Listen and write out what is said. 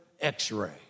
x-ray